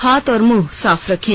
हाथ और मुंह साफ रखें